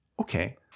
Okay